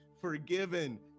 forgiven